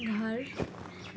घर